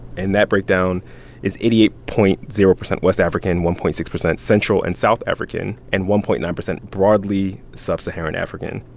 and that breakdown is eighty eight point zero percent west african, one point six percent central and south african and one point nine percent broadly sub-saharan african.